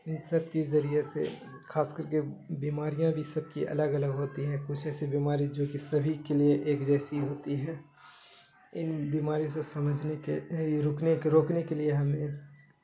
ان سب کے ذریعے سے خاص کر کے بیماریاں بھی سب کی الگ الگ ہوتی ہیں کچھ ایسے بیماری جو کہ سبھی کے لیے ایک جیسی ہوتی ہیں ان بیماری سے سمجھنے کے رکنے کے روکنے کے لیے ہمیں